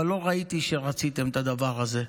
אבל לא ראיתי שרציתם את הדבר הזה,